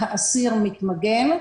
מתמגן, האסיר מתמגן.